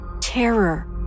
terror